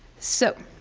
so,